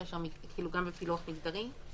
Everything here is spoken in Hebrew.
גם בפילוח מגדרי?